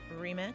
remix